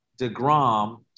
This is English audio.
DeGrom